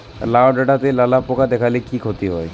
লাউ ডাটাতে লালা পোকা দেখালে কি ক্ষতি হয়?